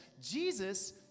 Jesus